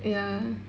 ya